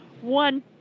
one